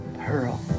pearl